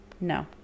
No